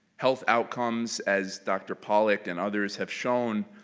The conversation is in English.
health outcomes, as dr. pollack and others have shown,